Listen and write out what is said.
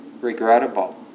regrettable